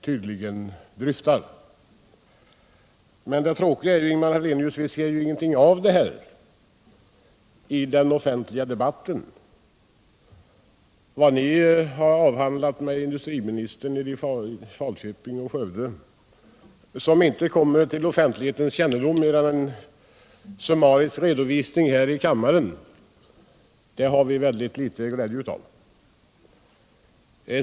Men det tråkiga, Ingemar Hallenius, är att vi inte ser någonting av detta i den offentliga debatten. Vad ni har avhandlat med industriministern i Falköping och Skövde och som inte kommer till offentlighetens kännedom annat än genom en summarisk redovisning här i kammaren har vi mycket liten glädje av.